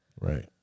Right